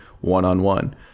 one-on-one